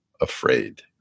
afraid